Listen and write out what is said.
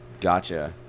Gotcha